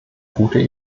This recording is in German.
gute